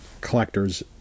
collectors